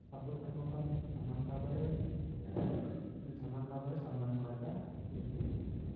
ସବୁ ଧର୍ମକୁ ଆମେ ସମାନ ଭାବରେ ସମାନ ଭାବରେ ସମ୍ମାନ କରିବା ଉଚିତ